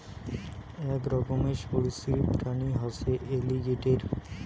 আক রকমের সরীসৃপ প্রাণী হসে এলিগেটের